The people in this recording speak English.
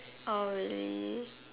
oh really